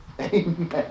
Amen